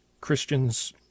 Christians